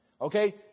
okay